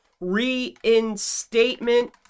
reinstatement